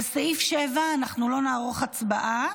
על סעיף 7 אנחנו לא נערוך הצבעה,